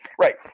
Right